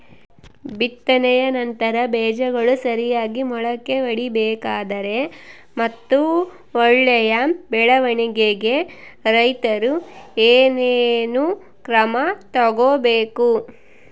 ಬಿತ್ತನೆಯ ನಂತರ ಬೇಜಗಳು ಸರಿಯಾಗಿ ಮೊಳಕೆ ಒಡಿಬೇಕಾದರೆ ಮತ್ತು ಒಳ್ಳೆಯ ಬೆಳವಣಿಗೆಗೆ ರೈತರು ಏನೇನು ಕ್ರಮ ತಗೋಬೇಕು?